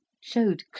showed